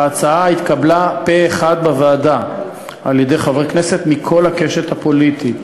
ההצעה התקבלה פה-אחד בוועדה על-ידי חברי כנסת מכל הקשת הפוליטית.